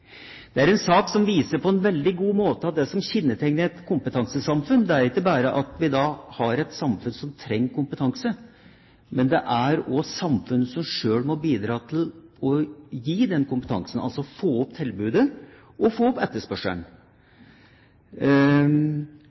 Det er en sak som viser på en veldig god måte at det som kjennetegner et kompetansesamfunn, ikke bare er at vi har et samfunn som trenger kompetanse, men at det også er samfunnet som selv må bidra til å gi den kompetansen, altså få opp etterspørselen, og ikke minst få opp